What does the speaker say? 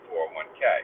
401k